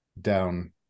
down